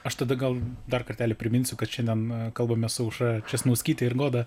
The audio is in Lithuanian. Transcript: aš tada gal dar kartelį priminsiu kad šiandien kalbamės aušra česnauskyte ir goda